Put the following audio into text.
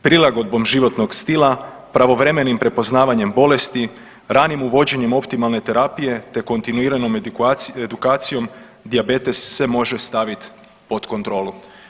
Prilagodbom životnog stila, pravovremenim prepoznavanjem bolesti, ranim uvođenjem optimalne terapije, te kontinuiranom edukacijom dijabetes se može stavit pod kontrolu.